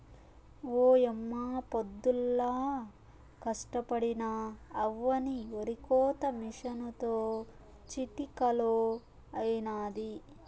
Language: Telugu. ఓయమ్మ పొద్దుల్లా కష్టపడినా అవ్వని ఒరికోత మిసనుతో చిటికలో అయినాది